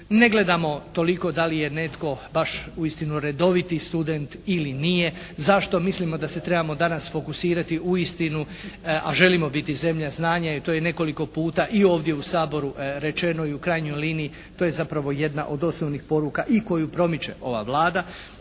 Ne gledamo toliko da li je netko baš uistinu redoviti student ili nije. Zašto? Mislimo da se trebamo danas fokusirati uistinu, a želimo biti zemlja znanja i to je nekoliko puta i ovdje u Saboru rečeno i u krajnjoj liniji to je zapravo jedna od osnovnih poruka i koju promiče ova Vlada